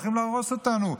הולכים להרוס אותנו,